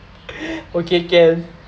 okay can